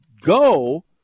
go